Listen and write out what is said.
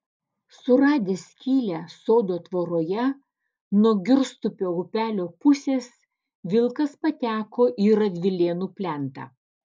suradęs skylę sodo tvoroje nuo girstupio upelio pusės vilkas pateko į radvilėnų plentą